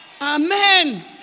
Amen